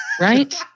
right